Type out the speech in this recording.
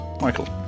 Michael